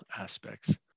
aspects